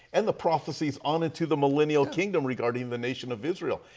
and the prophecies on into the millennial kingdom regarding the nation of israel.